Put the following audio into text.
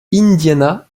indiana